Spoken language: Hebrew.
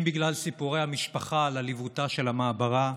אם בגלל סיפורי המשפחה על עליבותה של המעברה,